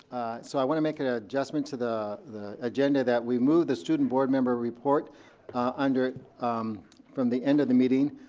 so i want to make an ah adjustment to the the agenda that we move the student board member report from the end of the meeting,